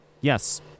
Yes